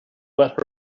let